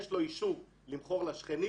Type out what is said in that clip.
יש לו אישור למכור לשכנים